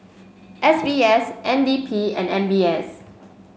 S B S N D P and M B S